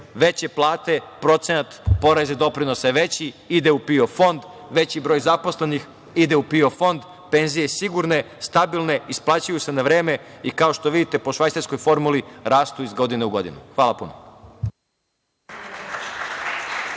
veće plate, procenat poreza i doprinosa je veći, ide u PIO fond, veći broj zaposlenih, ide u PIO fond, penzije sigurne, stabilne, isplaćuju se na vreme i kao što vidite, po švajcarskoj formuli, rastu iz godine u godinu. Hvala puno.